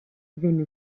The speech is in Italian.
venne